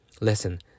Listen